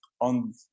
on